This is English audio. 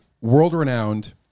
world-renowned